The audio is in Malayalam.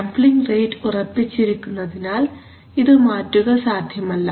സാംപ്ലിങ് റേറ്റ് ഉറപ്പിച്ചിരിക്കുന്നതിനാൽ ഇത് മാറ്റുക സാധ്യമല്ല